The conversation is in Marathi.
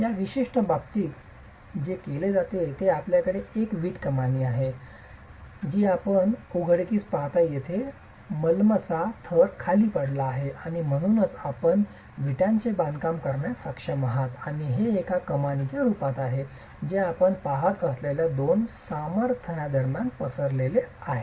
या विशिष्ट बाबतीत जे केले जाते ते आपल्याकडे एक वीट कमानी आहे जी आपण उघडकीस पाहता येथे मलमचा थर खाली पडला आहे आणि म्हणूनच आपण विटांचे बांधकाम पाहण्यास सक्षम आहात आणि हे एका कमानीच्या रूपात आहे जे आपण पाहत असलेल्या दोन समर्थनांदरम्यान पसरलेले आहे